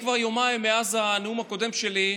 כבר יומיים, מאז הנאום הקודם שלי,